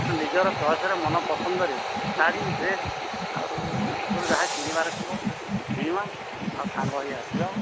ନିଜର ଚଏସ୍ରେ ମନ ପସନ୍ଦରେ ଶାଢ଼ୀ ଡ୍ରେସ୍ ଆଉ ତୋର ଯାହା କିଣିବାର ଥିବ କିଣିବା ଆଉ ସାଙ୍ଗ ହୋଇ ଆସିବା